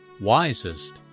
Wisest